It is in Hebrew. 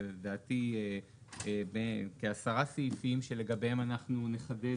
לדעתי כ-10 סעיפים שלגביהם אנחנו נחדד